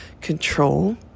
control